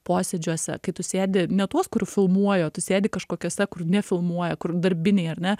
posėdžiuose kai tu sėdi ne tuos kur filmuoja o tu sėdi kažkokiuose kur nefilmuoja kur darbiniai ar ne